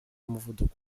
n’umuvuduko